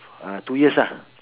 uh two years lah